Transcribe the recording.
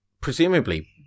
Presumably